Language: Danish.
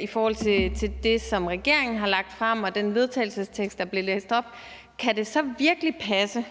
i forhold til det, som regeringen har lagt frem, og den vedtagelsestekst, der blev læst op. Og kan det så virkelig passe,